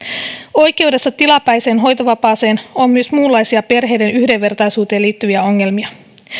oikeudessa tilapäiseen hoitovapaaseen on myös muunlaisia perheiden yhdenvertaisuuteen liittyviä ongelmia